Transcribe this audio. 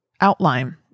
outline